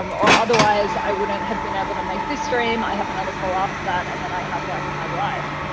um or otherwise, i wouldn't have been able to make this stream. i have another call after that. and then i have like my life.